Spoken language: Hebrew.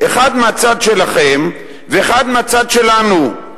אחד מהצד שלכם ואחד מהצד שלנו.